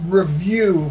review